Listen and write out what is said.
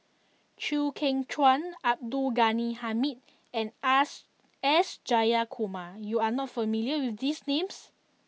Chew Kheng Chuan Abdul Ghani Hamid and us S Jayakumar you are not familiar with these names